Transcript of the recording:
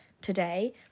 today